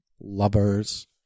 lovers